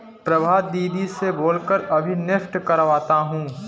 प्रभा दीदी से बोल कर अभी नेफ्ट करवाता हूं